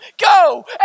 Go